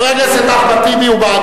חבר הכנסת אחמד טיבי, בבקשה.